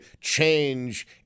change